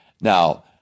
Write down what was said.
Now